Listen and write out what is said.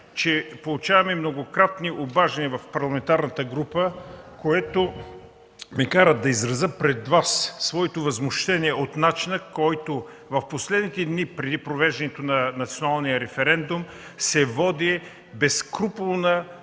че получаваме многократни обаждания в парламентарната група, което ме кара да изразя пред Вас свето възмущение от начина, по който в последните дни преди провеждането на националния референдум се води безскрупулна